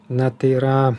na tai yra